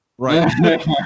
Right